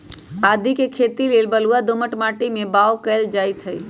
आदीके खेती लेल बलूआ दोमट माटी में बाओ कएल जाइत हई